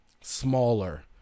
smaller